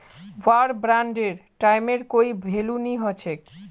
वार बांडेर टाइमेर कोई भेलू नी हछेक